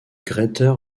greater